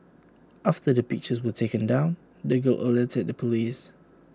after the pictures were taken down the girl alerted the Police